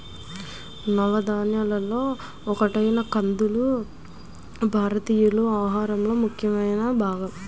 నవధాన్యాలలో ఒకటైన కందులు భారతీయుల ఆహారంలో ముఖ్యమైన భాగం